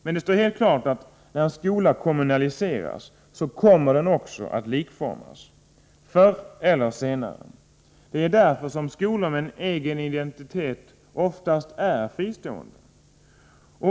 Men det står helt klart att när en skola kommunaliseras kommer den också att likformas — förr eller senare. Det är därför som skolor med en egen identitet oftast är fristående.